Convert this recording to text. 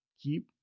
keep